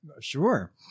Sure